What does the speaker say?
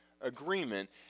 agreement